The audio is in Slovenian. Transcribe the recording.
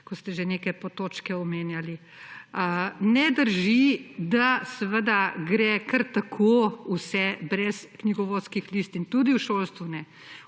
ko ste že neke potočke omenjali. Ne drži, da seveda gre kar tako vse brez knjigovodskih listin. Tudi v šolstvu ne.